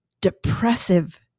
depressive